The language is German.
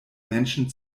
menschen